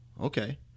Okay